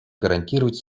гарантировать